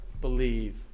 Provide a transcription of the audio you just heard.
believe